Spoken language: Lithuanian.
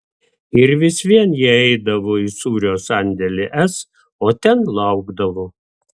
ir vis vien jie eidavo į sūrio sandėlį s o ten laukdavo